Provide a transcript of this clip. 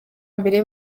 mbere